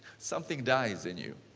something dies in you.